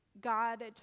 God